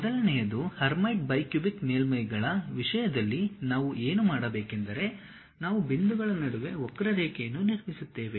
ಮೊದಲನೆಯದು Hermite bicubic ಮೇಲ್ಮೈಗಳ ವಿಷಯದಲ್ಲಿ ನಾವು ಏನು ಮಾಡಬೇಕೆಂದರೆ ನಾವು ಬಿಂದುಗಳ ನಡುವೆ ವಕ್ರರೇಖೆಯನ್ನು ನಿರ್ಮಿಸುತ್ತೇವೆ